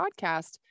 podcast